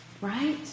right